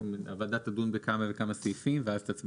הוועדה תדון בכמה וכמה סעיפים ואז תצביע